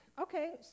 okay